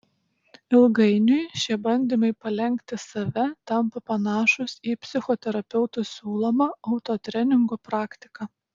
ilgainiui šie bandymai palenkti save tampa panašūs į psichoterapeutų siūlomą autotreningo praktiką